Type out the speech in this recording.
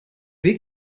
weg